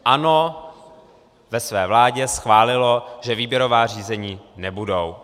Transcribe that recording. ANO ve své vládě schválilo, že výběrová řízení nebudou.